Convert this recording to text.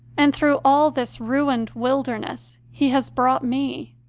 and through all this ruined wilderness he has brought me,